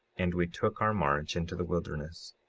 and we took our march into the wilderness.